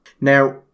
Now